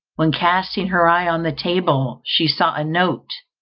when casting her eye on the table, she saw a note,